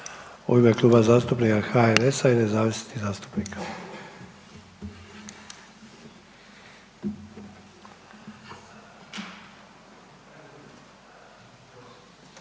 ime Kluba zastupnika HNS-a, LS-a i nezavisnih zastupnika.